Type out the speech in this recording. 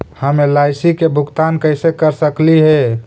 हम एल.आई.सी के भुगतान कैसे कर सकली हे?